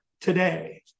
today